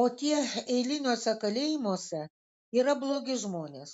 o tie eiliniuose kalėjimuose yra blogi žmonės